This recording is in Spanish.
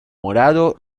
morado